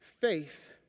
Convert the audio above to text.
faith